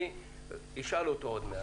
אני תכף אשאל אותו.